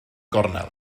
gornel